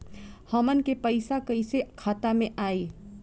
हमन के पईसा कइसे खाता में आय?